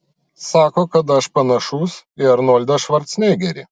sako kad aš panašus į arnoldą švarcnegerį